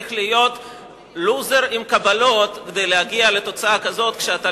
צריך להיות לוזר עם קבלות כדי להגיע לתוצאה כזאת כשאתה